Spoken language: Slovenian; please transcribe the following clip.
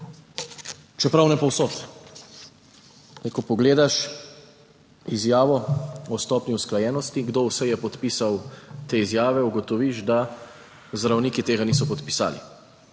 čeprav ne povsod. Zdaj, ko pogledaš izjavo o stopnji usklajenosti, kdo vse je podpisal te izjave, ugotoviš da zdravniki tega niso podpisali.